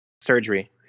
surgery